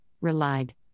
relied